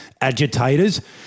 agitators